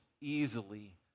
easily